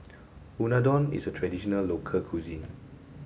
Unadon is a traditional local cuisine